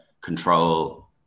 control